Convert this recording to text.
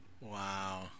wow